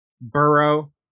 Burrow